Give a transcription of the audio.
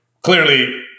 clearly